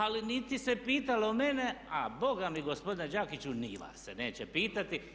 Ali niti se pitalo mene a bogami gospodine Đakiću ni vas se neće pitati.